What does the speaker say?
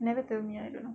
never tell me I don't know